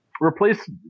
Replace